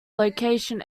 location